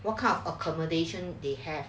what kind of accommodation they have